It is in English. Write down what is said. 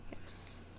Yes